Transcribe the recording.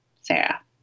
Sarah